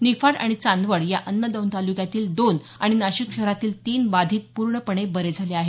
निफाड आणि चांदवड या अन्य दोन तालुक्यातील दोन आणि नाशिक शहरातील तीन बाधित पूर्ण पणे बरे झाले आहेत